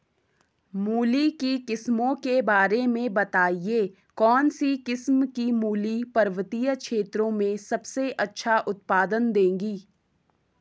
मूली की किस्मों के बारे में बताइये कौन सी किस्म की मूली पर्वतीय क्षेत्रों में सबसे अच्छा उत्पादन देंगी?